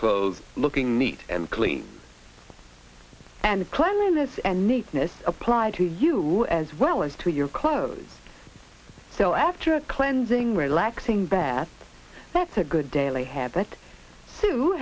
clothes looking neat and clean and cleanliness and neatness applied to you as well as to your clothes so after a cleansing relaxing bath that's a good daily habit who